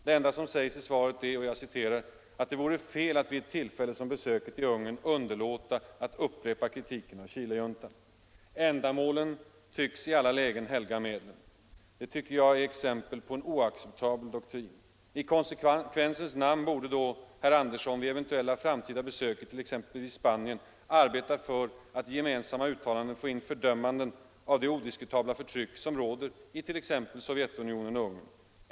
Det enda som sägs i svaret är att ”det vore fel att vid ett tillfälle som besöket i Ungern underlåta att upprepa kritiken av Chilejuntan”. Ändamålen tycks i alla lägen helga medlen. Det tycker jag är exempel på en oacceptabel doktrin. I konsekvensens namn borde då herr Andersson vid eventuella framtida besök it.ex. Spanien arbeta för att i gemensamma uttalanden få in fördömanden av det odiskutabla förtryck som råder i t.ex. Sovjetunionen och Ungern.